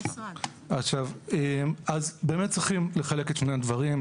צריכים לחלק את שני הדברים,